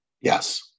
Yes